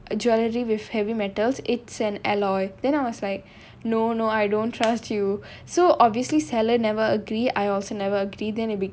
jewelry with heavy metals it's an alloy then I was like no no I don't trust you so obviously seller never agree I also never agree then it'll be